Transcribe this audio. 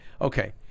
Okay